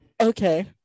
Okay